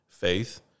faith